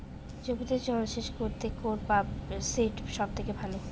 জমিতে জল সেচ করতে কোন পাম্প সেট সব থেকে ভালো?